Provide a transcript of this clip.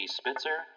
spitzer